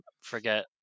forget